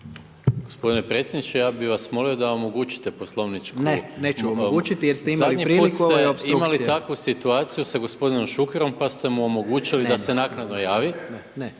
Gospodine predsjedniče, ja bih vas molio da omogućite poslovničku… …/Upadica predsjednik: Ne, neću omogućiti jer ste imali priliku i ovo je opstrukcija./… Zadnji put ste imali takvu situaciju sa gospodinom Šukerom pa ste mu omogućili da se naknadno javi. Ja vas